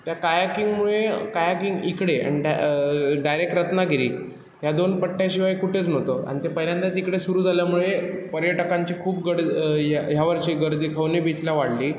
त्या कायाकिंगमुळे कायाकिंग इकडे अंड्या डायरेक रत्नागिरी ह्या दोन पट्ट्याशिवाय कुठेच नव्हतं आणि ते पहिल्यांदाच इकडे सुरु झाल्यामुळे पर्यटकांची खूप गड या ह्यावर्षी गर्दी खवणे बीचला वाढली